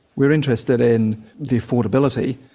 we're interested in the affordability,